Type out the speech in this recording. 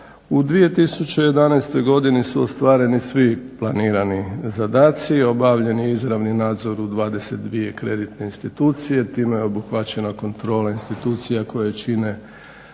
u 2011. godini su ostvareni svi planirani zadaci, obavljen je izravni nadzor u 22 kreditne institucije, time je obuhvaćena kontrola institucija koje čine